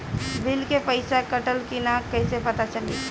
Bill के पइसा कटल कि न कइसे पता चलि?